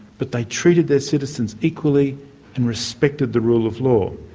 but they treated their citizens equally and respected the rule of law.